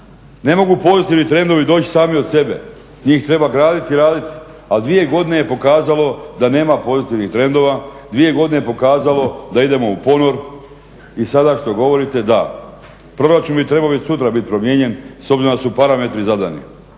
Ne mogu pozitivni trendovi doći sami od sebe, njih treba graditi i raditi. A dvije godine je pokazalo da nema pozitivnih trendova, dvije godine je pokazalo da idemo u ponor. I sada što govorite da proračun bi trebao već sutra biti promijenjen s obzirom da su parametri zadani.